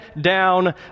Down